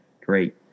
great